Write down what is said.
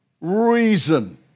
reason